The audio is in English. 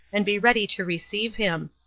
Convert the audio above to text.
and be ready to receive him.